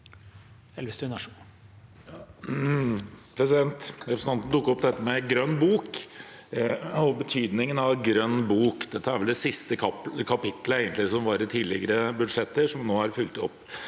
Elvestuen (V) Representanten tok opp dette med grønn bok og betydningen av grønn bok. Dette er vel det siste kapitlet som var i tidligere budsjetter, som nå er fulgt opp.